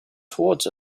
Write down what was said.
towards